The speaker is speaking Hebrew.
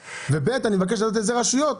ושנית, אני מבקש לדעת איזה רשויות.